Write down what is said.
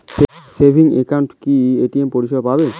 Savings একাউন্টে কি ATM পরিসেবা পাব?